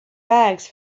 bags